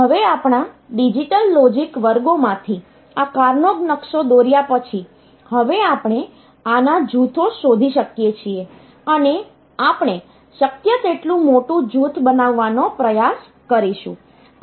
હવે આપણા digital logic વર્ગોમાંથી આ કાર્નોગ નકશો દોર્યા પછી હવે આપણે આના જૂથો શોધી શકીયે છીએ અને આપણે શક્ય તેટલું મોટું જૂથ બનાવવાનો પ્રયાસ કરીશું